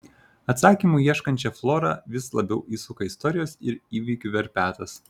atsakymų ieškančią florą vis labiau įsuka istorijos ir įvykių verpetas